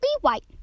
white